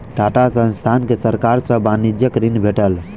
टाटा संस्थान के सरकार सॅ वाणिज्यिक ऋण भेटल